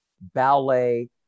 ballet